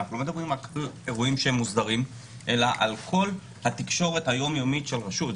לא רק על אירועים שמוסדרים אלא על כל התקשורת היום-יומית של רשות.